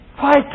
Fight